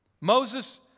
Moses